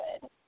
good